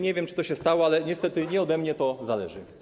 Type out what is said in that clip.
Nie wiem, czy to się stało, ale niestety nie ode mnie to zależy.